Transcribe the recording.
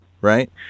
right